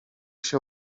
się